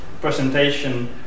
presentation